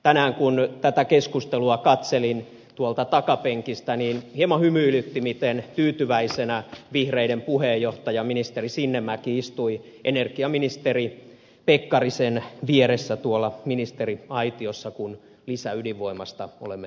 tänään kun tätä keskustelua katselin tuolta takapenkistä hieman hymyilytti miten tyytyväisenä vihreiden puheenjohtaja ministeri sinnemäki istui energiaministeri pekkarisen vieressä tuolla ministeriaitiossa kun lisäydinvoimasta olemme päättämässä